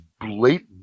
blatant